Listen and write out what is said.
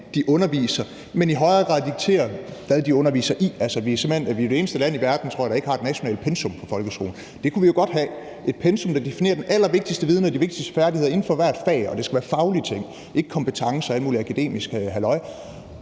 de underviser, men at vi i højere grad dikterer, hvad det er, de underviser i. Altså, vi er det eneste land i verden, tror jeg, der ikke har et nationalt pensum for folkeskolen. Vi kunne jo godt have et pensum, der definerer den allervigtigste viden og de vigtigste færdigheder inden for hvert fag. Og det skal være faglige ting – ikke kompetencer og alt muligt akademisk halløj.